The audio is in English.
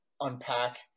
unpack